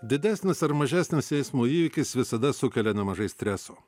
didesnis ar mažesnis eismo įvykis visada sukelia nemažai streso